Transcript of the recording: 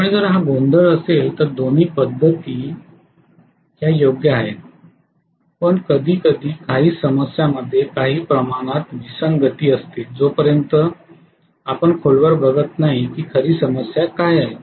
त्यामुळे जर हा गोंधळ असेल तर दोन्ही पद्धती ह्या योग्य आहेत पण कधीकधी काही समस्यांमध्ये काही प्रमाणात विसंगती असते जोपर्यंत आपण खोलवर बघत नाही की खरी समस्या काय आहे